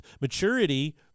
maturity